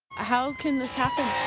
ah how can this happen?